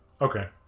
okay